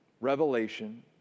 revelation